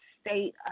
state